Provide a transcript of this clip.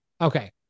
Okay